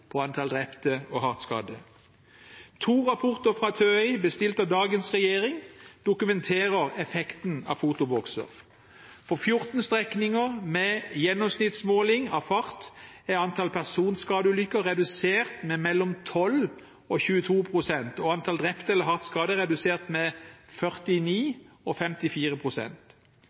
i antall drepte og hardt skadde? To rapporter fra TØI, bestilt av dagens regjering, dokumenterer effekten av fotobokser. På 14 strekninger med gjennomsnittsmåling av fart er antall personskadeulykker redusert med mellom 12 og 22 pst., og antallet drepte eller hardt skadde er redusert med